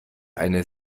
eine